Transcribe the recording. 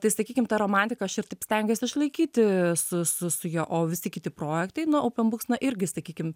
tai sakykim tą romantiką aš ir taip stengiuosi išlaikyti su su su jo o visi kiti projektai nuo oupen buks na irgi sakykim